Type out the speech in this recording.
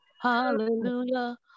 Hallelujah